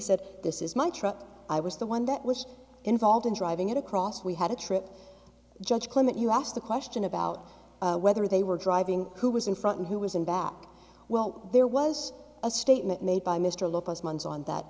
said this is my truck i was the one that was involved in driving it across we had a trip judge clement you asked the question about whether they were driving who was in front and who was in back well there was a statement made by mr lopez months on that